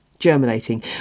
germinating